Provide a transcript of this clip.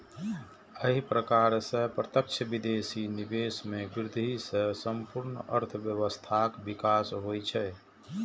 एहि प्रकार सं प्रत्यक्ष विदेशी निवेश मे वृद्धि सं संपूर्ण अर्थव्यवस्थाक विकास होइ छै